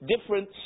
different